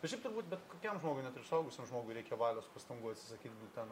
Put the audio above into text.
bet šiaip turbūt bet kokiam žmogui net ir suaugusiam žmogui reikia valios pastangų atsisakyt gliuteno